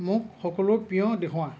মোক সকলো পেয় দেখুওৱা